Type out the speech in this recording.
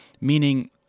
Meaning